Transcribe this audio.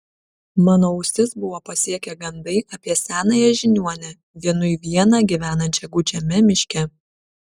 mano ausis buvo pasiekę gandai apie senąją žiniuonę vienui vieną gyvenančią gūdžiame miške